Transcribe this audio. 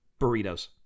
burritos